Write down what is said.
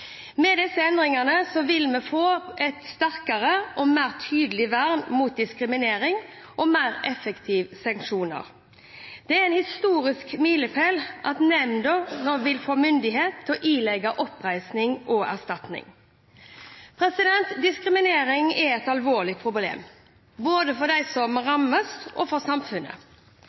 Med disse endringene vil vi få et sterkere og mer tydelig vern mot diskriminering og mer effektive sanksjoner. Det er en historisk milepel at nemnda nå vil få myndighet til å ilegge oppreisning og erstatning. Diskriminering er et alvorlig problem både for dem som rammes, og for samfunnet.